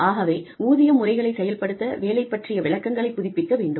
ஆகவே ஊதிய முறைகளைச் செயல்படுத்த வேலை பற்றிய விளக்கங்களைப் புதுப்பிக்க வேண்டும்